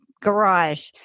garage